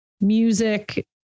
music